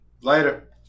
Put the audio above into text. Later